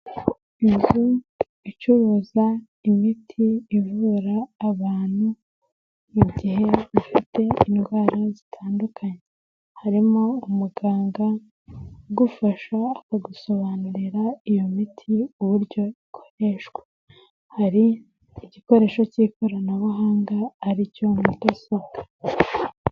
Inzu icuruza imiti ivura abantu mu gihe ufite indwara zitandukanye, harimo umuganga ugufasha akagusobanurira iyo miti uburyo ikoreshwa. Hari igikoresho cy'ikoranabuhanga aricyo mu mudasobwa.